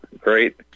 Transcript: great